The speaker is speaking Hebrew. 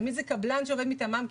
תמיד זה קבלן שעובד מטעמם,